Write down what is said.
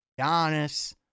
Giannis